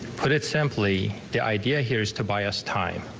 put it simply the idea here is to buy us time.